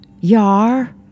Yar